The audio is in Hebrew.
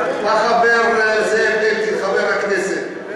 חבר הכנסת,